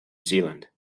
zealand